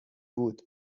بود